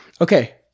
Okay